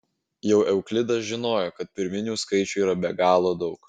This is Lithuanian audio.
jau euklidas žinojo kad pirminių skaičių yra be galo daug